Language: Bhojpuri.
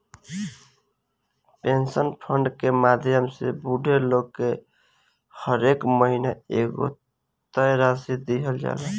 पेंशन फंड के माध्यम से बूढ़ लोग के हरेक महीना एगो तय राशि दीहल जाला